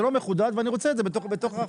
זה לא מחודד ואני רוצה את זה בתוך החוק.